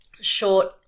short